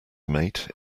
mate